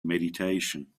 meditation